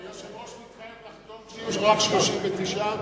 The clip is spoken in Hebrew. אדוני מתחייב לחתום שיהיו רק 39?